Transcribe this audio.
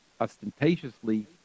ostentatiously